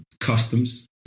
customs